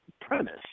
premise